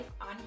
on